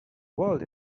world